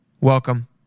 Welcome